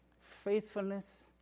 faithfulness